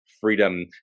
freedom